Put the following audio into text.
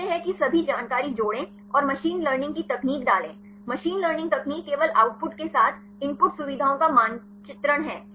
कहते हैं कि सभी जानकारी जोड़ें और मशीन लर्निंग की तकनीक डालें मशीन लर्निंग तकनीक केवल आउटपुट के साथ इनपुट सुविधाओं का मानचित्रण है